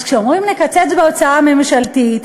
אז כשאומרים לקצץ בהוצאה הממשלתית,